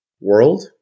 world